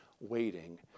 waiting